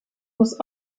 muss